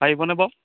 পাৰিবনে বাৰু